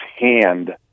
hand